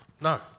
no